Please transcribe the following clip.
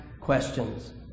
questions